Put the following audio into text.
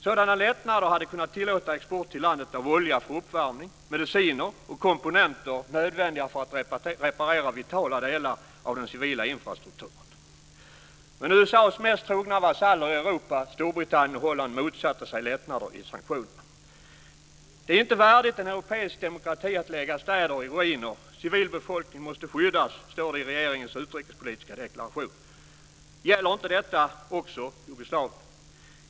Sådana lättnader hade kunnat tillåta export till landet av olja för uppvärmning, mediciner och komponenter nödvändiga för att reparera vitala delar av den civila infrastrukturen. Men USA:s mest trogna vasaller i Europa, Storbritannien och Holland, motsatte sig lättnader i sanktionerna. "Det är inte värdigt en europeisk demokrati att lägga städer i ruiner. - Civilbefolkningen måste skyddas" framgår det i regeringens utrikespolitiska deklaration. Gäller inte detta också Jugoslavien?